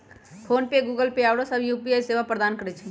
PhonePe, Google Pay आउरो सभ UPI सेवा प्रदान करै छै